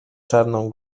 czarną